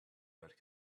that